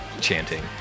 chanting